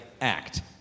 act